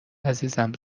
عزیزم